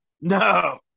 No